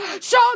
show